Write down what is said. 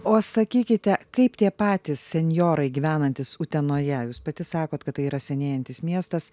o sakykite kaip tie patys senjorai gyvenantys utenoje jūs pati sakot kad tai yra senėjantis miestas